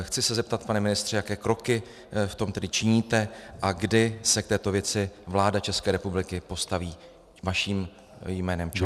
Chci se zeptat, pane ministře, jaké kroky v tom činíte a kdy se k této věci vláda České republiky postaví vaším jménem čelem.